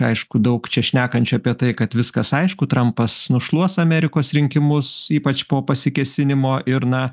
aišku daug čia šnekančių apie tai kad viskas aišku trampas nušluos amerikos rinkimus ypač po pasikėsinimo ir na